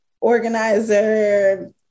organizer